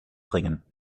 bringen